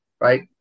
right